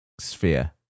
sphere